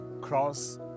cross